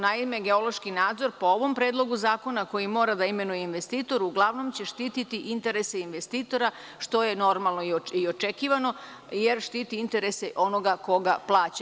Naime, geološki nadzor po ovom predlogu zakona koji mora da imenuje investitor, uglavnom će štititi interese investitora, što je normalno i očekivano, jer štiti interese onoga koga plaća.